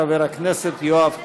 חבר הכנסת יואב קיש.